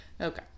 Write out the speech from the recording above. okay